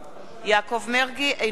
אינו נוכח סעיד נפאע,